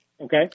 Okay